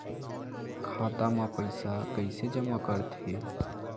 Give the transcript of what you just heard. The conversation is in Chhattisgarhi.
खाता म पईसा कइसे जमा करथे?